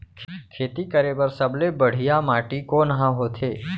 खेती करे बर सबले बढ़िया माटी कोन हा होथे?